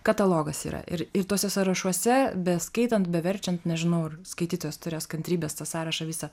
katalogas yra ir ir tuose sąrašuose beskaitant beverčiant nežinau ar skaitytojas turės kantrybės tą sąrašą visą